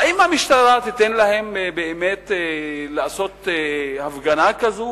האם המשטרה תיתן להם באמת לעשות הפגנה כזאת,